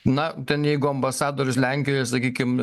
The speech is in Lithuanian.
na ten jeigu ambasadorius lenkijoj sakykim